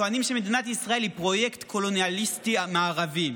טוענים שמדינת ישראל היא פרויקט קולוניאליסטי מערבי.